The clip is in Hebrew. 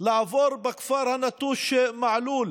לעבור בכפר הנטוש מעלול